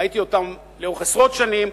ראיתי אותם לאורך עשרות שנים,